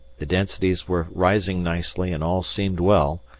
the densities were rising nicely and all seemed well,